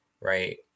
right